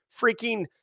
freaking